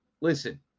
Listen